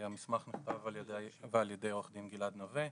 המסמך נכתב על ידי ועל ידי עו"ד גלעד נווה.